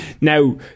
Now